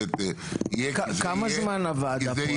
כמה זמן הוועדה פועלת?